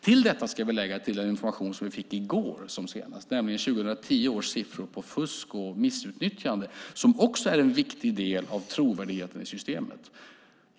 Till detta ska vi lägga den information vi fick så sent som i går, nämligen 2010 års siffror på fusk och missutnyttjande. Det är också en viktig del av trovärdigheten i systemet.